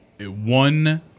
one